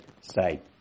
say